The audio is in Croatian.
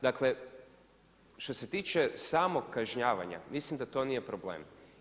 Dakle što se tiče samog kažnjavanja mislim da to nije problem.